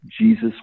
jesus